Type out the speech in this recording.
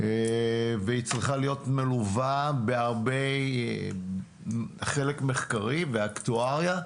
והיא צריכה להיות מלווה בחלק מחקרי ואקטואריה.